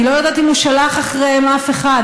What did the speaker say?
אני לא יודעת אם הוא שלח אחריהם מישהו,